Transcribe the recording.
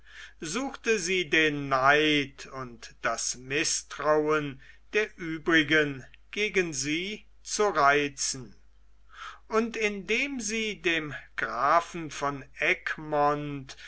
suchte sie den neid und das mißtrauen der uebrigen gegen sie zu reizen und indem sie dem grafen von